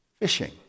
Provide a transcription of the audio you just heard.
fishing